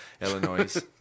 Illinois